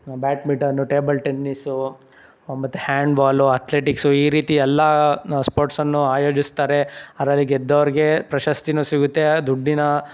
badminton table tennis ಮತ್ತು handball athletics ಈ ರೀತಿ ಎಲ್ಲ ಸ್ಪೋರ್ಟ್ಸನ್ನು ಆಯೋಜಿಸ್ತಾರೆ ಅದ್ರಲ್ಲಿ ಗೆದ್ದೋರಿಗೆ ಪ್ರಶಸ್ತಿನೂ ಸಿಗುತ್ತೆ ದುಡ್ಡಿನ